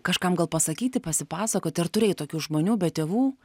kažkam gal pasakyti pasipasakoti ar turėjai tokių žmonių be tėvų